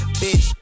bitch